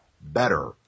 better